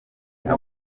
bana